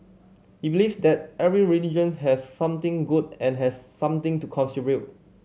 he believe that every religion has something good and has something to